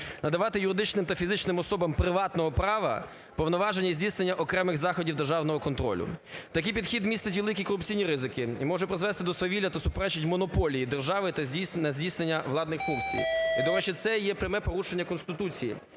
надавати юридичним та фізичним особам приватного права повноваження здійснення окремих заходів державного контролю. Такий підхід містить великі корупційні ризики і може призвести до свавілля та суперечить монополії держави на здійснення владних функцій. Я думаю, що це є пряме порушення Конституції,